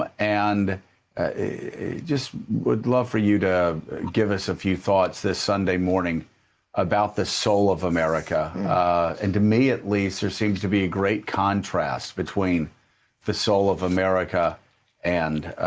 but and just would love for you to give us a few thoughts this sunday morning about the soul of america and, to me at least, there seems to be great contrast between the soul of america and